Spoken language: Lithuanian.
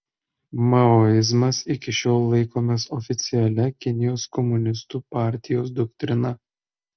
maoizmas iki šiol laikomas oficialia kinijos komunistų partijos doktrina